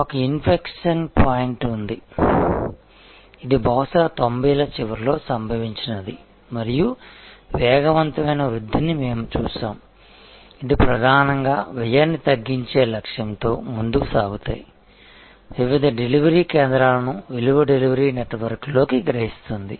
ఒక infection point ఉంది ఇది బహుశా 90 ల చివరలో సంభవించినది మరియు వేగవంతమైన వృద్ధిని మేము చూశాము ఇది ప్రధానంగా వ్యయాన్ని తగ్గించే లక్ష్యంతో ముందుకు సాగుతాయి వివిధ డెలివరీ కేంద్రాలను విలువ డెలివరీ నెట్వర్క్లోకి గ్రహిస్తుంది